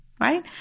Right